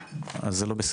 לא, אז זה לא בסדר,